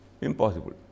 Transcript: impossible